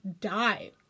die